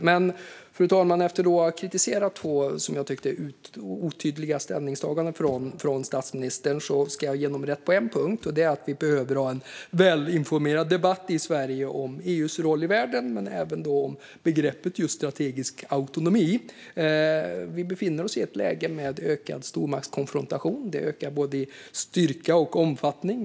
Men, fru talman, efter att ha kritiserat två som jag tyckte otydliga ställningstaganden från statsministern ska jag ge honom rätt på en punkt: Vi behöver ha en välinformerad debatt i Sverige om EU:s roll i världen men även om begreppet strategisk autonomi. Vi befinner oss i ett läge med ökad stormaktskonfrontation. Den ökar i både styrka och omfattning.